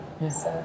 yes